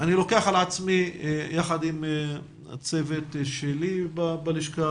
אני לוקח על עצמי יחד עם הצוות שלי בלשכה